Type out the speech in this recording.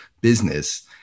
business